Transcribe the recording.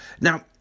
Now